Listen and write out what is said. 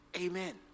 Amen